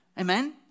Amen